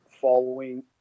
following